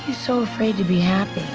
so afraid to be happy.